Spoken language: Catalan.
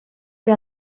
que